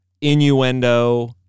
innuendo